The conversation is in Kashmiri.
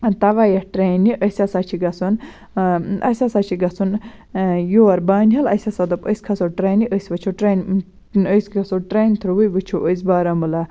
تَوَے یَتھ ٹرٛینہِ أسۍ ہَسا چھِ گژھُن اَسہِ ہَسا چھِ گژھُن یور بانِہال اَسہِ دوٚپ أسۍ کھَسو ٹرٛینہِ أسۍ وٕچھو ٹرٛین أسۍ گژھو ٹرٛینہِ تھرٛوٗوٕے وٕچھو أسۍ بارہمولہ